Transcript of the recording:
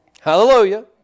Hallelujah